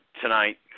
tonight